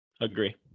Agree